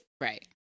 right